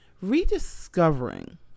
rediscovering